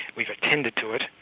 we've attended to it,